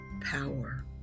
power